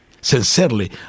sincerely